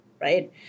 Right